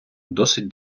досить